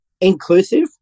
inclusive